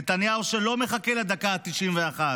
נתניהו שלא מחכה לדקה ה-91,